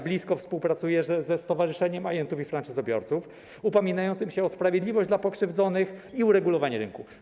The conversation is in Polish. Blisko współpracuję ze Stowarzyszeniem Ajentów i Franczyzobiorców upominającym się o sprawiedliwość dla pokrzywdzonych i uregulowanie rynku.